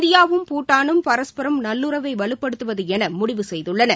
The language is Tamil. இந்தியாவும் பூடானும் பரஸ்பரம் நல்லுறவை வலுப்படுத்துவது என முடிவு செய்துள்ளன